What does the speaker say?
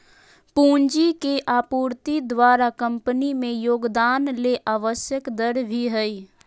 पूंजी के आपूर्ति द्वारा कंपनी में योगदान ले आवश्यक दर भी हइ